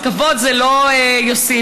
כבוד זה לא יוסיף.